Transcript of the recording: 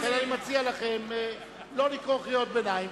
לכן אני מציע לכם לא לקרוא קריאות ביניים,